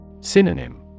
Synonym